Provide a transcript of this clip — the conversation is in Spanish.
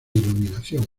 iluminación